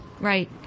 Right